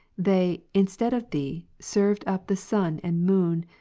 they, instead of thee, served up the sun and moon,